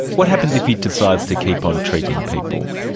what happens if he decides to keep on treating people?